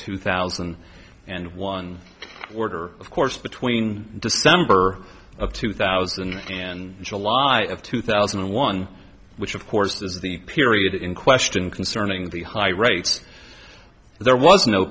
two thousand and one order of course between december of two thousand and july of two thousand and one which of course is the period in question concerning the high rates there was no